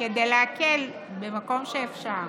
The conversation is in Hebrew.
כדי להקל במקום שאפשר.